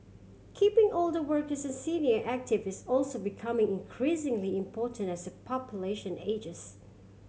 keeping older workers and senior active is also becoming increasingly important as the population ages